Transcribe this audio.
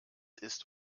ist